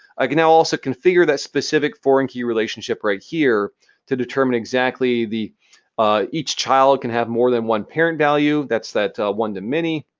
i can now also configure that specific foreign key relationship right here to determine exactly, each child can have more than one parent value. that's that one-to-many.